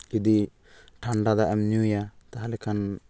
ᱡᱩᱫᱤ ᱴᱷᱟᱱᱰᱟ ᱫᱟᱜ ᱮᱢ ᱧᱩᱭᱟ ᱛᱟᱦᱚᱞᱮ ᱠᱷᱟᱱ